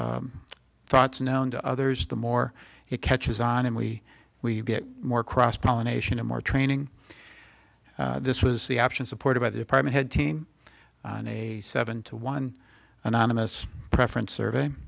thoughts known to others the more it catches on and we we get more cross pollination and more training this was the option supported by the apartment had seen a seven to one anonymous preference survey